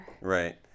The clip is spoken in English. Right